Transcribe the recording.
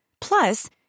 Plus